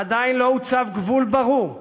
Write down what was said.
עדיין לא הוצב גבול ברור,